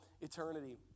eternity